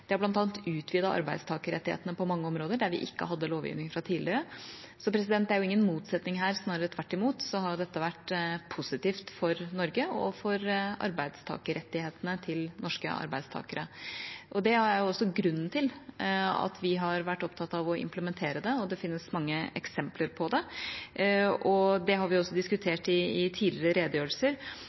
har bl.a. utvidet arbeidstakerrettighetene på mange områder der vi ikke hadde lovgivning fra tidligere. Så det er ingen motsetning her. Snarere tvert imot har dette vært positivt for Norge og for rettighetene til norske arbeidstakere. Det er også grunnen til at vi har vært opptatt av å implementere det, og det finnes mange eksempler på det. Det har vi også diskutert i tidligere redegjørelser.